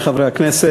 השר, חברי חברי הכנסת,